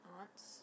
aunts